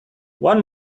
one